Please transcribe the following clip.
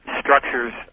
structures